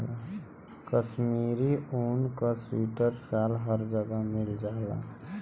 कशमीरी ऊन क सीवटर साल हर जगह मिल जाला